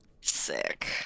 Sick